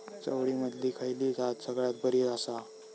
चवळीमधली खयली जात सगळ्यात बरी आसा?